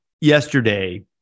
yesterday